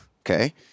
Okay